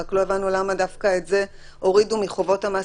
רק לא הבנו למה דווקא את זה הורידו מחובות המעסיק,